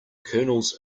kernels